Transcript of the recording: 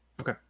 okay